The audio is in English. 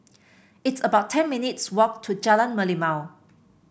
it's about ten minutes' walk to Jalan Merlimau